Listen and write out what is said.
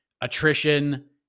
Attrition